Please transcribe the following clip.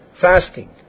fasting